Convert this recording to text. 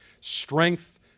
Strength